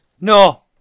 No